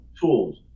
tools